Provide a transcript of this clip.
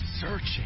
searching